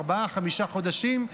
ארבעה-חמישה חודשים,